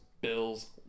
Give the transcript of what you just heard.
Bills